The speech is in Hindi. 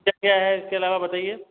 क्या क्या है इसके अलावा बताइए